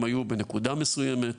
הם היו בנקודה מסוימת.